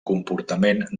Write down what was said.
comportament